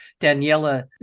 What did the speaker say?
daniela